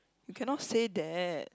you cannot say that